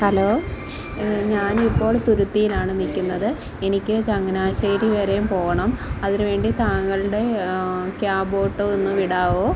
hello ഞാനിപ്പോൾ തുരുത്തീലാണ് നിൽക്കുന്നത് എനിക്ക് ചങ്ങനാശ്ശേരി വരെ പോകണം അതിന് വേണ്ടി താങ്കളുടെ ക്യാബോട്ടോ ഒന്ന് വിടാവോ